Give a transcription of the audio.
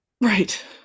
right